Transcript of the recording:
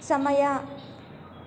ಸಮಯ